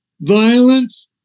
Violence